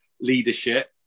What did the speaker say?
Leadership